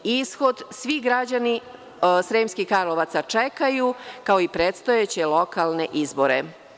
Ishod, svi građani Sremskih Karlovaca čekaju, kao i predstojeće lokalne izbore.